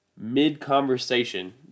Mid-conversation